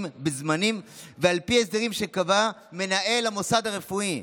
בזמנים ועל פי הסדרים שקבע מנהל המוסד הרפואי'.